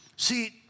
See